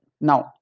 Now